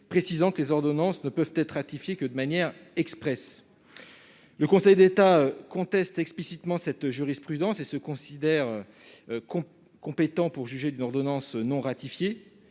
précisant que les ordonnances ne peuvent être ratifiés que de manière expresse, le Conseil d'État conteste explicitement cette jurisprudence et se considère qu'on est compétent pour juger d'une ordonnance non ratifiée